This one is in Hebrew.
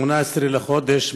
18 לחודש,